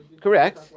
Correct